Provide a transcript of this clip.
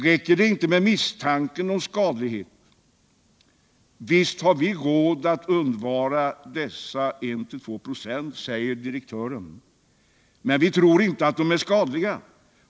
Räcker det inte med misstanke om skadlighet?” Artikeln fortsätter med uttalandet av direktören: ”Visst har vi råd att undvara dessa 1-2 procent -—-—-. Men vi tror inte att de är skadliga.